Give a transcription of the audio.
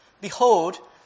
Behold